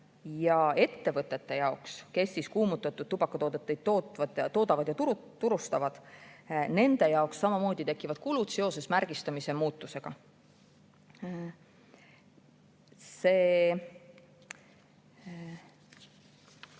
Ja ettevõtete jaoks, kes kuumutatud tubakatooteid toodavad ja turustavad, nende jaoks samamoodi tekivad kulud seoses märgistamise muutumisega.